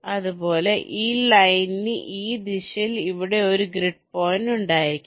അതുപോലെ ഈ ലൈനിന് ഈ ദിശയിൽ ഇവിടെ ഒരു ഗ്രിഡ് പോയിന്റ് ഉണ്ടായിരിക്കാം